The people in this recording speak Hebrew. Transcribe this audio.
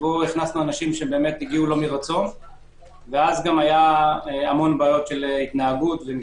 שהכנסנו אנשים שהגיעו לא מרצון ואז גם היו המון בעיות התנהגות ומשמעת.